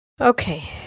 Okay